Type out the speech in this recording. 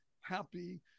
happy